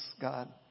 God